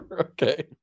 Okay